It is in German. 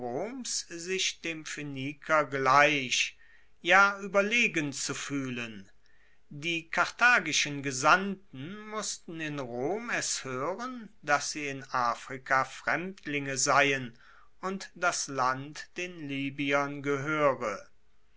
sich dem phoeniker gleich ja ueberlegen zu fuehlen die karthagischen gesandten mussten in rom es hoeren dass sie in afrika fremdlinge seien und das land den libyern gehoere